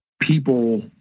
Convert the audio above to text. people